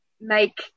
make –